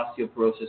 osteoporosis